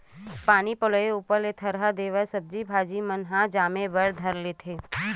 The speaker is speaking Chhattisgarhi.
पानी पलोय ऊपर ले थरहा देवाय सब्जी भाजी मन ह जामे बर धर लेथे